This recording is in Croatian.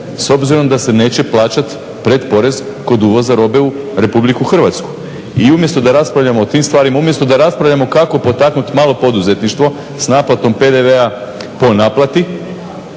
s obzirom da se neće plaćati pretporez kod uvoza robe u Republiku Hrvatsku. I umjesto da raspravljamo o tim stvarima, umjesto da raspravljamo kako potaknuti malo poduzetništvo sa naplatom PDV-a po naplati